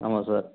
ஆமாம் சார்